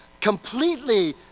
completely